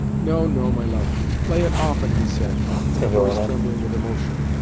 no, no, my love play it often, he said in a voice trembling with emotion.